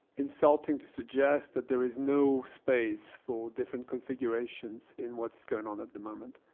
insulting to suggest that there is no space for different configurations in what's going on at the moment.